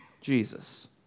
Jesus